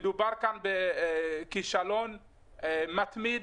מדובר כאן בכישלון מתמיד